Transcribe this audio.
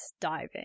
diving